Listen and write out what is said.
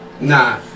nah